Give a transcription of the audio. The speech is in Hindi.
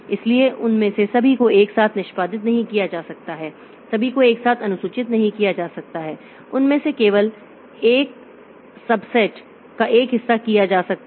इसलिए उनमें से सभी को एक साथ निष्पादित नहीं किया जा सकता है सभी को एक साथ अनुसूचित नहीं किया जा सकता है उनमें से केवल एक सबसेट का एक हिस्सा किया जा सकता है